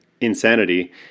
insanity